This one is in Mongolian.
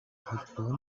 холбоо